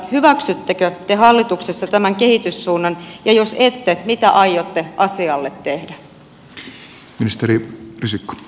hyväksyttekö te hallituksessa tämän kehityssuunnan ja jos ette mitä aiotte asialle tehdä